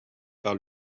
par